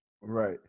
Right